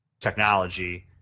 technology